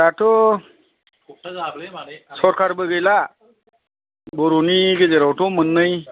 दाथ' सरकारबो गैला बर'नि गेजेरावथ' मोननै